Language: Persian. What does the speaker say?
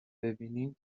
ببینیم